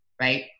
Right